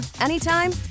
anytime